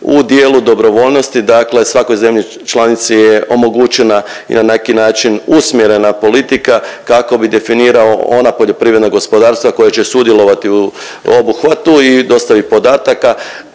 U dijelu dobrovoljnosti, dakle svakoj zemlji članici je omogućena i na neki način usmjerena politika, kako bi definirao ona poljoprivredna gospodarstva koja će sudjelovati u obuhvatu i dostavi podataka,